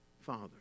Father